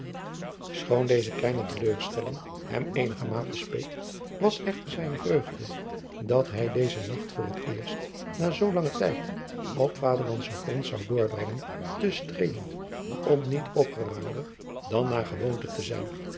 choon deze kleine teleurstelling hem eenigermate speet was echter zijne vreugde dat hij dezen nacht voor het eerst na zoo langen tijd op vaderlandschen grond zou doorbrengen te streelend om niet opgeruimder dan naar gewoonte te zijn